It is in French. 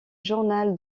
journal